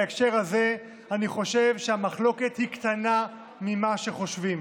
בהקשר הזה אני חושב שהמחלוקת קטנה ממה שחושבים.